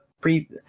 pre